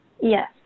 Yes